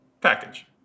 package